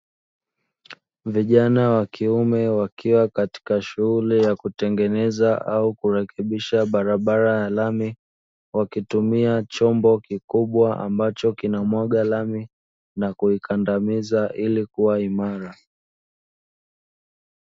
Vijana wa kiume wakiwa katika shughuli ya kutengeneza au kurekebisha barabara ya lami, wakitumia chombo kikubwa ambacho kinamwaga lami na kuikandamiza ili kuwa imara.